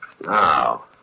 Now